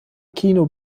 kino